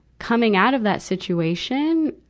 coming out of that situation,